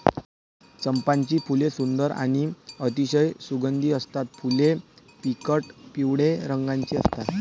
चंपाची फुले सुंदर आणि अतिशय सुगंधी असतात फुले फिकट पिवळ्या रंगाची असतात